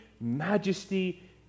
majesty